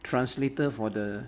translator for the